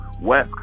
west